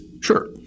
sure